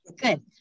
Good